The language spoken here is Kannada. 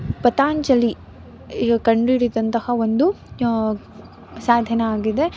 ಪತಂಜಲಿ ಈಗ ಕಂಡುಹಿಡಿದಂತಹ ಒಂದು ಸಾಧನ ಆಗಿದೆ